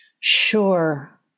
Sure